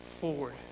forward